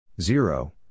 zero